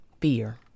fear